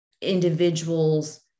individuals